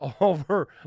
over